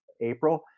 April